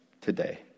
today